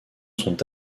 sont